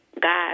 God